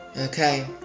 Okay